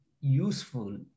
useful